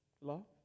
Love